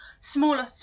smaller